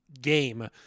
game